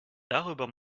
darüber